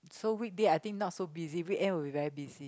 so weekday I think not so busy weekend will be very busy